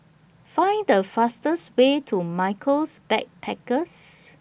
Find The fastest Way to Michaels Backpackers